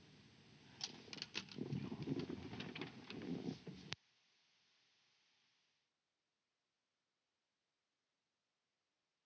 Kiitos,